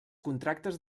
contractes